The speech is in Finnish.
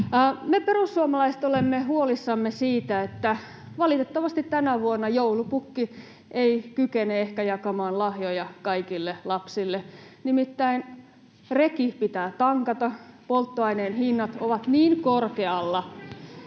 Me perussuomalaiset olemme huolissamme siitä, että valitettavasti tänä vuonna joulupukki ei ehkä kykene jakamaan lahjoja kaikille lapsille — nimittäin reki pitää tankata. Polttoaineen hinnat ovat niin korkealla,